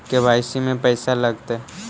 KYC में पैसा लगतै?